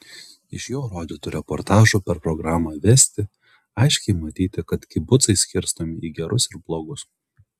iš jo rodytų reportažų per programą vesti aiškiai matyti kad kibucai skirstomi į gerus ir blogus